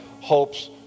Hope's